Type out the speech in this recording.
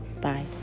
Bye